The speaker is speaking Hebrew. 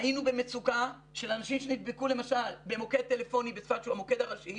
היינו במצוקה של אנשים שנדבקו למשל במוקד טלפוני הראשי,